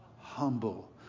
humble